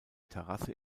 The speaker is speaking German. terrasse